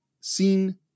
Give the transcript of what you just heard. seen